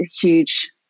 huge